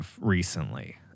recently